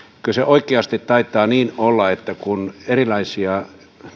se oikeasti taitaa niin olla että kun erilaisia